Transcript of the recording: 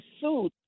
suit